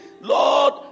Lord